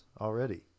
already